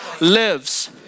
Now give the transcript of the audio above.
lives